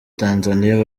tanzania